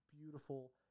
beautiful